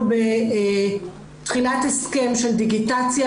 אנחנו בתחילת הסכם של דיגיטציה,